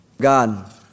God